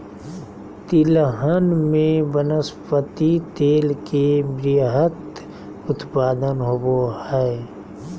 तिलहन में वनस्पति तेल के वृहत उत्पादन होबो हइ